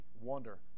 wonder